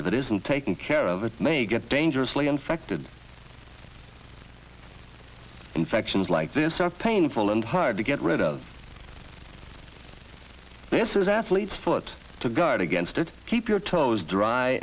if it isn't taken care of it may get dangerously infected infections like this are painful and hard to get rid of this is athlete's foot to guard against it keep your toes dry